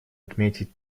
отметить